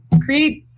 create